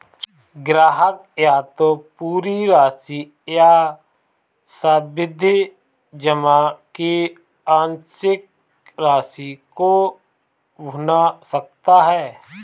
ग्राहक या तो पूरी राशि या सावधि जमा की आंशिक राशि को भुना सकता है